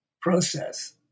process